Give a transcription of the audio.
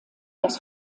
das